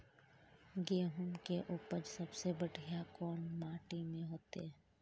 गेहूम के उपज सबसे बढ़िया कौन माटी में होते?